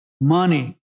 money